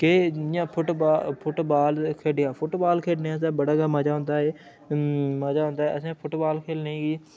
केह् जि'यां football football खेढेआ फुट्टबाल खेढने आस्तै बड़ा गै मजा होंदा ऐ मजा औंदा ऐ असें फुट्टबाल खेलने गी